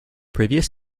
previous